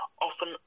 often